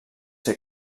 ser